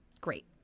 Great